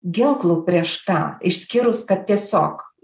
ginklų prieš tą išskyrus kad tiesiog